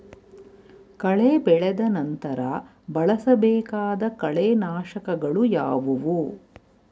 ಕಳೆ ಬೆಳೆದ ನಂತರ ಬಳಸಬೇಕಾದ ಕಳೆನಾಶಕಗಳು ಯಾವುವು?